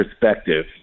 perspective